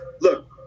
look